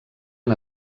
han